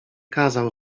kazał